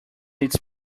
its